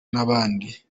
n’abandi